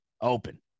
open